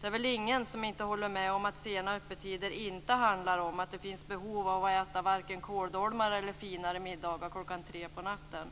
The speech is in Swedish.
Det är väl ingen som inte håller med om att sena öppettider inte handlar om att det finns behov av att äta vare sig kåldolmar eller finare middagar kockan tre på natten.